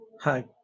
Hi